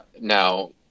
Now